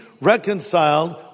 reconciled